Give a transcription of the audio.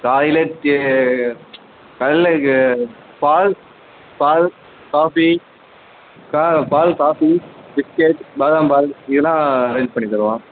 காலையில் டி காலையில் க பால் பால் காஃபி க பால் காஃபி பிஸ்கெட் பாதாம் பால் இதுல்லாம் அரேஞ்ச் பண்ணித் தருவோம்